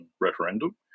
referendum